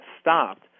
stopped